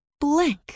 blank